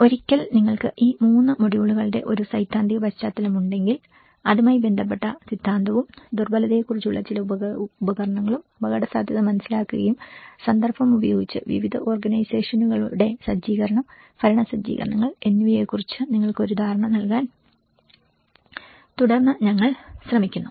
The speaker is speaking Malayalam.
അതിനാൽ ഒരിക്കൽ നിങ്ങൾക്ക് ഈ 3 മൊഡ്യൂളുകളുടെ ഒരു സൈദ്ധാന്തിക പശ്ചാത്തലമുണ്ടെങ്കിൽ അതുമായി ബന്ധപ്പെട്ട സിദ്ധാന്തവും ദുർബലതയെക്കുറിച്ചുള്ള ചില ഉപകരണങ്ങളും അപകടസാധ്യത മനസ്സിലാക്കുകയും സന്ദർഭം ഉപയോഗിച്ച്വിവിധ ഓർഗനൈസേഷനുകളുടെ സജ്ജീകരണം ഭരണ സജ്ജീകരണങ്ങൾ എന്നിവയെക്കുറിച്ച് നിങ്ങൾക്ക് ഒരു ധാരണ നൽകാൻ തുടർന്ന് ഞങ്ങൾ ശ്രമിക്കുന്നു